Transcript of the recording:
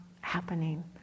happening